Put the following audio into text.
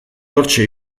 hortxe